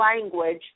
language